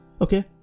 Okay